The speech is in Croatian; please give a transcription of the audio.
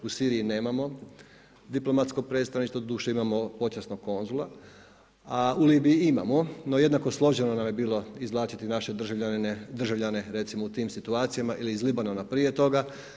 U Siriji nemamo diplomatsko predstavništvo, doduše, imamo počasnog konzula, a u Libiji imamo, no jednako složeno nam je bilo izvlačiti naše državljane recimo u tim situacijama ili iz Libanona prije toga.